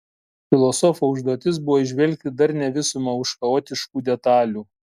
filosofo užduotis buvo įžvelgti darnią visumą už chaotiškų detalių